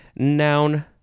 noun